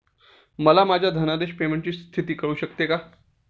मला माझ्या धनादेश पेमेंटची स्थिती कळू शकते का?